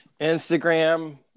Instagram